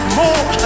more